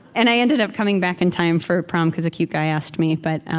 and i ended up coming back in time for prom because a cute guy asked me but